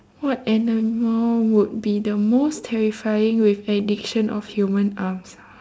what animal would be the most terrifying with addition of human arms